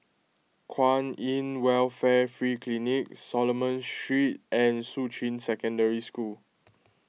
Kwan in Welfare Free Clinic Solomon Street and Shuqun Secondary School